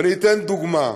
ואני אתן דוגמה: